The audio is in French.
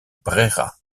brera